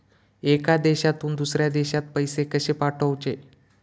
एका देशातून दुसऱ्या देशात पैसे कशे पाठवचे?